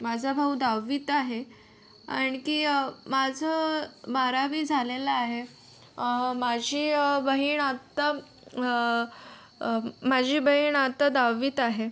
माझा भाऊ दहावीत आहे आणखी अ माझं बारावी झालेलं आहे अ माझी बहीण आत्ता अ माझी बहीण आत्ता दहावीत आहे